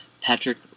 Patrick